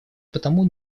потому